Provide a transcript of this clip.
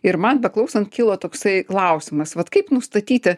ir man beklausant kilo toksai klausimas vat kaip nustatyti